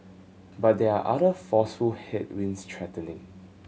but there are other forceful headwinds threatening